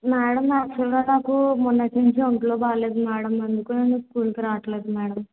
madam ఆక్ట్యుయల్గా నాకూ మొన్నట్నుంచి ఒంట్లో బాగాలేదు మేడం అందుకె నేను స్కూల్కి రావట్లేదు మేడం